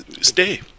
stay